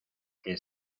que